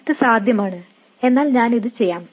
ഇത് സാധ്യമാണ് എന്നാൽ ഞാൻ ഇത് ചെയ്യാം